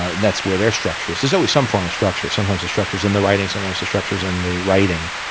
and that's where their structure is. there's always some form of structure. sometimes the structure's in the writing. sometimes the structure's in the writing,